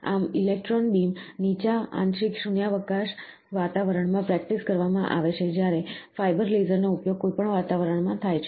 આમ electron beam નીચા આંશિક શૂન્યાવકાશ વાતાવરણમાં પ્રેક્ટિસ કરવામાં આવે છે જ્યારે ફાઇબર લેસર નો ઉપયોગ કોઈપણ વાતાવરણમાં થાય છે